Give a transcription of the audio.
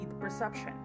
perception